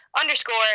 underscore